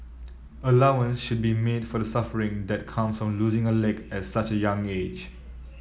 allowance should be made for the suffering that comes from losing a leg at such a young age